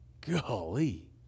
Golly